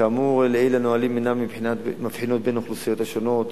כאמור, אין הנהלים מבחינים בין האוכלוסיות השונות.